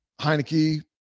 Heineke